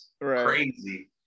crazy